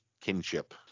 kinship